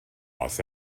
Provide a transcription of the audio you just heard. los